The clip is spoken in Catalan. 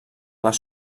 les